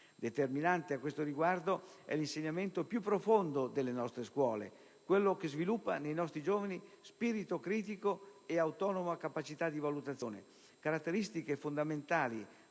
Determinante a questo riguardo è l'insegnamento più profondo delle nostre scuole, quello che sviluppa nei nostri giovani spirito critico ed autonoma capacità di valutazione, caratteristiche fondamentali